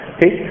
Okay